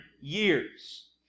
years